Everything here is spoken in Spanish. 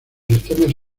sistemas